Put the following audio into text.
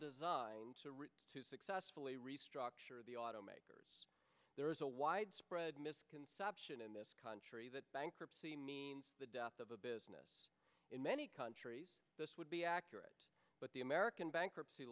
designed to successfully restructure the automakers there is a widespread misconception in this country that bankruptcy means the death of a business in many countries would be accurate but the american bankruptcy